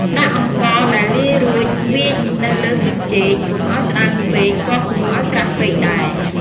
ដាក់អង្ករដែលលាយរួចវាចនៅលើស្លឹកចេក កុំឱ្យស្តើងពេក ក៏កុំឱ្យក្រាស់ពេកដែរ។